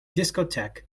discotheque